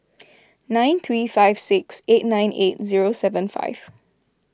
nine three five six eight nine eight zero seven five